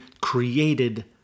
created